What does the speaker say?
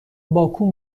باکو